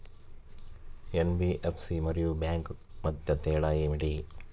NBFC మరియు bank మధ్య తేడా ఏమిటీ?